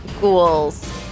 ghouls